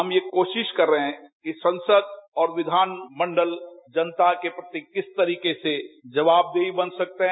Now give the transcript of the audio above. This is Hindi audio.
हम कोशिश कर रहे हैं कि संसद और विधानमंडल जनता के प्रति किस तरीके से जवाबदेही बन सकते हैं